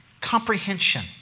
comprehension